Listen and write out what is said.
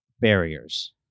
barriers